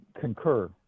concur